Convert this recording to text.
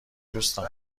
دوستان